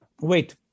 wait